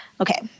Okay